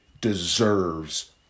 deserves